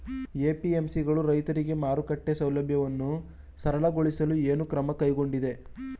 APMC ಗಳು ರೈತರಿಗೆ ಮಾರುಕಟ್ಟೆ ಸೌಲಭ್ಯವನ್ನು ಸರಳಗೊಳಿಸಲು ಏನು ಕ್ರಮ ಕೈಗೊಂಡಿವೆ?